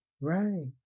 Right